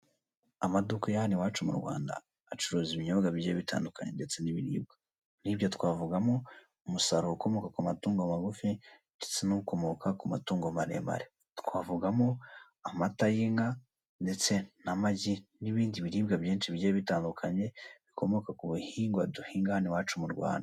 Amaduka ya hano iwacu mu Rwanda acuruza ibinyobwa bigiye bitandukanye ndetse n'ibiribwa, muri ibyo twavugamo umusaruro ukomoka ku matungo magufi ndetse n'amatungo maremare twavugamo amata y'inka ndetse n'amagi n'ibindi biribwa byinshi bigiye bitandukanye bikomoka kubihingwa duhinga hano iwacu mu Rwanda.